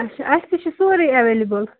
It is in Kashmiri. اچھا اَسہِ نش چھِ سورُے اویلیبل